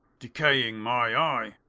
decaying my eye!